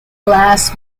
glass